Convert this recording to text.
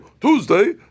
Tuesday